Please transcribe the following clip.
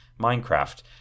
Minecraft